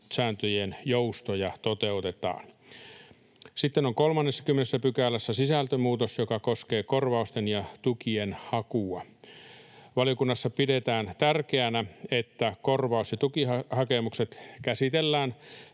joustoja toteutetaan. Sitten on 30 §:ssä sisältömuutos, joka koskee korvausten ja tukien hakua. Valiokunnassa pidetään tärkeänä, että korvaus‑ ja tukihakemukset käsitellään